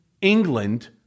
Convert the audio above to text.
England